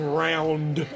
round